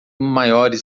maiores